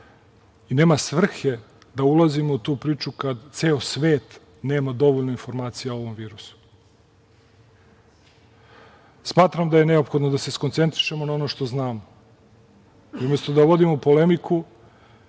i nema svrhe da ulazimo u tu priču, kad ceo svet nema dovoljno informacija o ovom virusu. Smatram da je neophodno da se skoncentrišemo na ono što znamo. Umesto da vodimo polemiku,